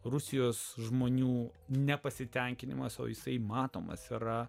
rusijos žmonių nepasitenkinimas o jisai matomas yra